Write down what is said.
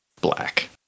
black